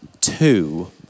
two